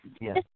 yes